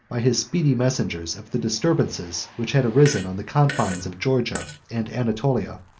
by his speedy messengers, of the disturbances which had arisen on the confines of georgia and anatolia,